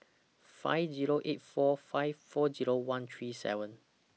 five Zero eight four five four Zero one three seven